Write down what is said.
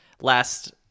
last